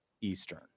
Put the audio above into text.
Eastern